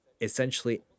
essentially